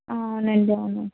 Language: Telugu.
అవునండి అవును